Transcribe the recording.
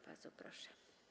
Bardzo proszę.